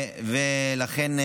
לכן,